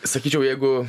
sakyčiau jeigu